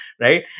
right